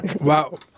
Wow